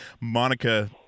monica